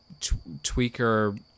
tweaker